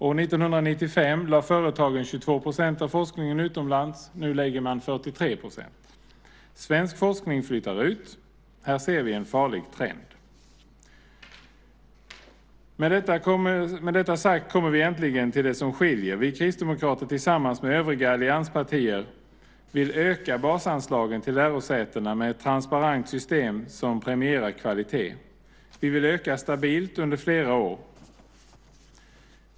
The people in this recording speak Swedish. År 1995 lade företagen 22 % av forskningen utomlands. Nu lägger man 43 % utomlands. Svensk forskning flyttar ut! Här ser vi en farlig trend. Med detta sagt kommer vi äntligen till det som skiljer. Vi kristdemokrater vill tillsammans med övriga allianspartier öka basanslagen till lärosätena med ett transparent system som premierar kvalitet, och vi vill öka stabilt under flera år.